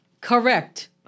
Correct